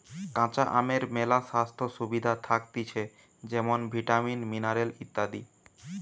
কাঁচা আমের মেলা স্বাস্থ্য সুবিধা থাকতিছে যেমন ভিটামিন, মিনারেল ইত্যাদি